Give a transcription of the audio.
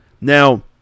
Now